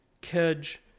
Kedge